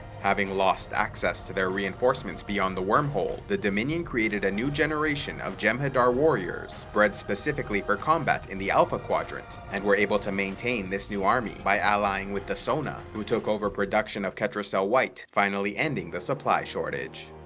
having lost access to their reinforcements beyond the wormhole, the dominion created a new generation of jem'hadar warriors bred specifically for combat in the alpha quadrant and were able to maintain this new army by allying with the son'a who took over production of ketracel white, finally ending the supply shortage.